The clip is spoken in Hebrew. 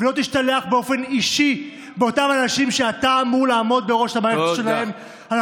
ולא תשתלח באופן אישי באותם אנשים שאתה אמור לעמוד בראש המערכת שלהם.